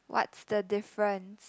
what's the difference